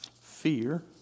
fear